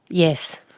yes.